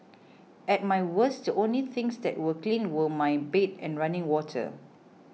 at my worst the only things that were clean were my bed and running water